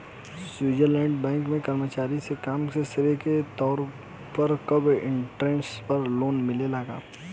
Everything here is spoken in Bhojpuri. स्वीट्जरलैंड में बैंक के कर्मचारी के काम के श्रेय के तौर पर कम इंटरेस्ट पर लोन मिलेला का?